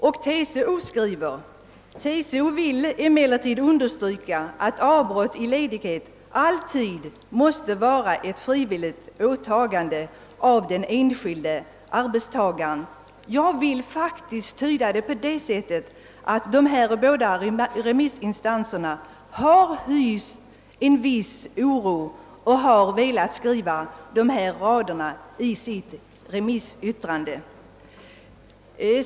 TCO skriver: »TCO vill emellertid understryka att avbrott i ledigheten alltid måste vara ett frivilligt åtagande av den enskilde arbetstagaren.» Jag vill faktiskt tyda detta på sådant sätt att dessa båda remissinstanser har hyst en viss oro och därför velat införa dessa rader i sina yttranden.